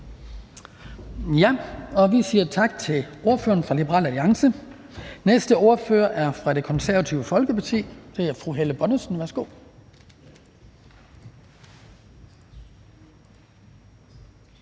Vi siger tak til ordføreren fra Liberal Alliance. Den næste ordfører er fra Det Konservative Folkeparti, fru Helle Bonnesen.